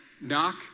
knock